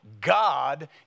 God